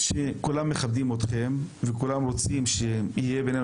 כולם מכבדים אתכם וכולם רוצים שיהיה בינינו